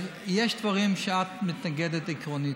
יש דברים שאת מתנגדת להם עקרונית,